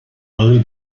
ağır